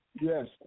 Yes